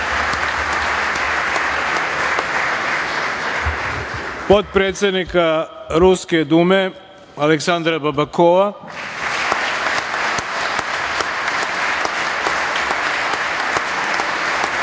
potpredsednika Ruske dume Aleksandra Babakoa